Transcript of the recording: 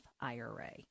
IRA